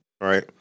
Right